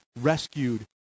rescued